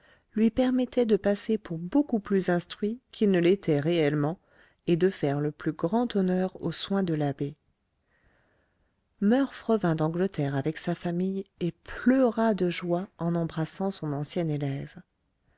lui permettaient de passer pour beaucoup plus instruit qu'il ne l'était réellement et de faire le plus grand honneur aux soins de l'abbé murph revint d'angleterre avec sa famille et pleura de joie en embrassant son ancien élève